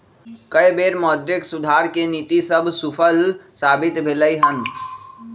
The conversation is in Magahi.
कय बेर मौद्रिक सुधार के नीति सभ सूफल साबित भेलइ हन